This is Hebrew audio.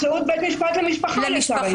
באמצעות בית משפט למשפחה לצערנו.